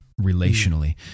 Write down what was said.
relationally